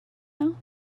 now